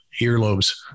earlobes